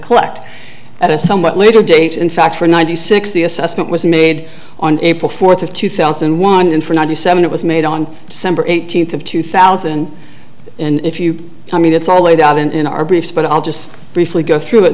collect at a somewhat later date in fact for ninety six the assessment was made on april fourth of two thousand and one for ninety seven it was made on december eighteenth of two thousand and if you mean it's all laid out in our briefs but i'll just briefly go through it